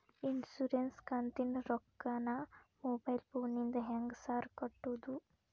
Insurance ಕಂತಿನ ರೊಕ್ಕನಾ mobile ಫೋನಿಂದ ಹೆಂಗ್ ಸಾರ್ ಕಟ್ಟದು?